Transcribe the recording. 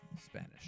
Spanish